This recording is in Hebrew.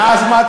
ואז מה?